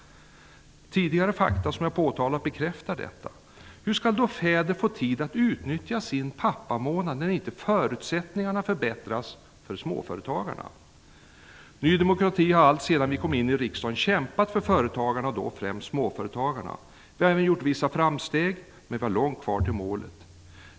Tidigare fakta som jag påtalat bekräftar detta. Hur skall då fäderna få tid att utnyttja sin pappamånad när förutsättningarna inte förbättras för småföretagarna! Alltsedan vi i Ny demokrati kom in i riksdagen har vi kämpat för företagarna och då främst småföretagarna. Vi har även gjort vissa framsteg, men vi har långt kvar till målet.